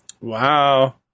Wow